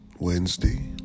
Wednesday